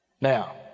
Now